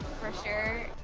for sure.